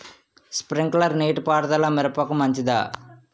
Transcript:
Sprinkler నీటిపారుదల మిరపకు మంచిదా?